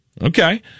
Okay